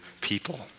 people